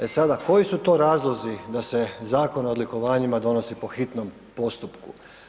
E sada, koji su to razlozi da se Zakon o odlikovanjima donosi po hitnom postupku?